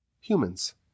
Humans